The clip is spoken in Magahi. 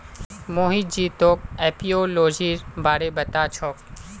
मोहित जी तोक एपियोलॉजीर बारे पता छोक